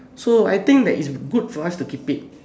so I think that is good for us to keep it